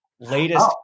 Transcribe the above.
Latest